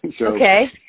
Okay